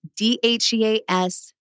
DHEAS